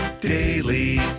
daily